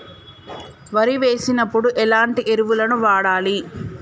వరి వేసినప్పుడు ఎలాంటి ఎరువులను వాడాలి?